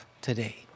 today